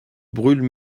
brûle